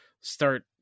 start